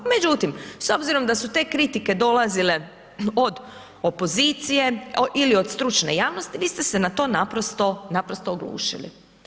Međutim, s obzirom da su te kritike dolazile od opozicije ili od stručne javnosti, vi ste se na to naprosto, naprosto oglušili.